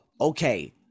okay